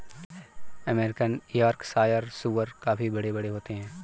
American Yorkshire सूअर काफी बड़े बड़े होते हैं